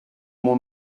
mon